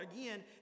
again